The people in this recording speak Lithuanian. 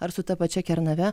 ar su ta pačia kernave